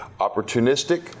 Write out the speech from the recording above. opportunistic